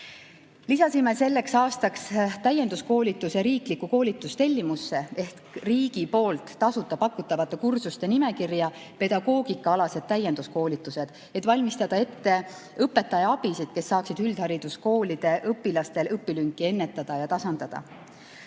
Lisasime selleks aastaks täienduskoolituse riiklikku koolitustellimusse ehk riigi poolt tasuta pakutavate kursuste nimekirja pedagoogikaalased täienduskoolitused, et valmistada ette õpetajaabisid, kes saaksid üldhariduskoolide õpilaste õpilünki ennetada ja tasandada.